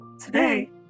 Today